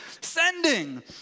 sending